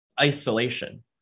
isolation